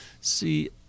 see